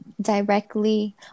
directly